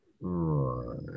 Right